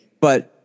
but-